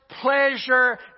pleasure